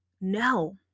No